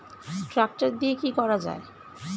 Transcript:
Tractor দিয়ে কি করা যায়?